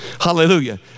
Hallelujah